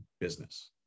business